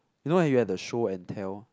you know like you have the show and tell